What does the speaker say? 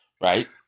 Right